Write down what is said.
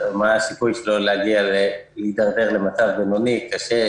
מה הסיכוי שלו להתדרדר למצב בינוני או קשה,